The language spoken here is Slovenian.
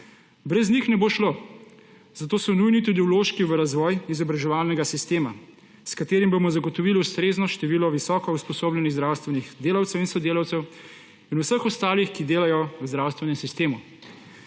Brez njih ne bo šlo, zato so nujni tudi vložki v razvoj izobraževalnega sistema, s katerim bomo zagotovili ustrezno število visoko usposobljenih zdravstvenih delavcev in sodelavcev in vseh ostalih, ki delajo v zdravstvenem sistemu.